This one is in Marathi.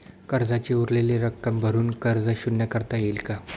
कर्जाची उरलेली रक्कम भरून कर्ज शून्य करता येईल का?